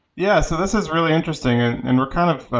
yeah, so this is really interesting, and and we're kind of